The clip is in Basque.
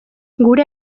gure